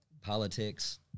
Politics